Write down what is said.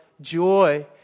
joy